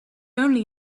only